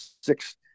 six